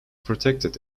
protected